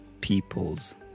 people's